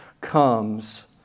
comes